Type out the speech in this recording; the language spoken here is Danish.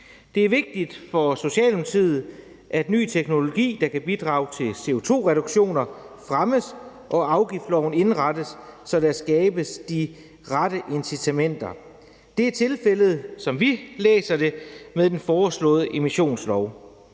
Det er vigtigt for Socialdemokratiet, at ny teknologi, der kan bidrage til CO2-reduktioner, fremmes, og at afgiftsloven indrettes, så der skabes de rette incitamenter. Det er, som vi læser det, tilfældet med den foreslåede emissionslov.